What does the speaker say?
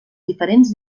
diferents